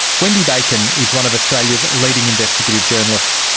wendy bacon is one of australia's leading investigative journalists.